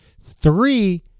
Three